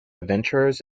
adventurers